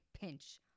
pinch